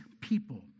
people